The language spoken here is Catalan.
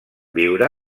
viure